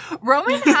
Roman